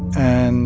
and